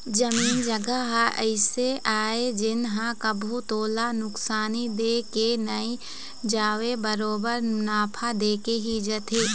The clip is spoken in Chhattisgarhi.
जमीन जघा ह अइसे आय जेन ह कभू तोला नुकसानी दे के नई जावय बरोबर मुनाफा देके ही जाथे